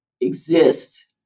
exist